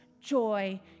joy